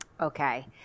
okay